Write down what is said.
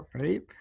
right